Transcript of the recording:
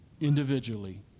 individually